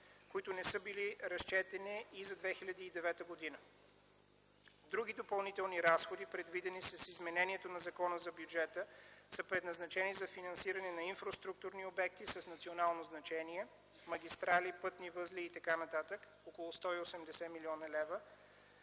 които не са били разчетени и за 2009 г. Други допълни разходи, предвидени с изменението на Закона за бюджета, са предназначени за финансиране на инфраструктурни обекти с национално значение – магистрали, пътни възли и т.н., около 180 млн. лв.,